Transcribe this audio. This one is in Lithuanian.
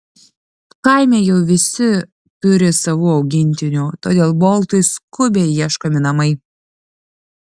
kaime jau visi turi savų augintinių todėl boltui skubiai ieškomi namai